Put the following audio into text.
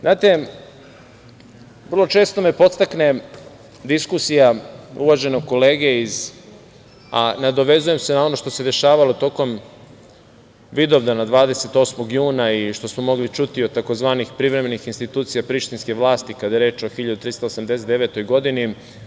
Znate, vrlo često me podstakne diskusija uvaženog kolege, a nadovezujem se na ono što se dešavalo tokom Vidovdana, 28. juna, i što smo mogli čuti od takozvanih privremenih institucija prištinske vlasti kada je reč o 1389. godini.